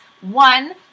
one